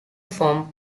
form